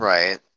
Right